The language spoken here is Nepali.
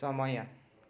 समय